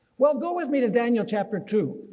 well go with me to daniel chapter two,